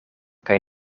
kaj